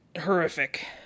horrific